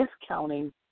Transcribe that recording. discounting